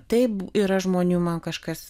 taip yra žmonių man kažkas